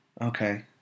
Okay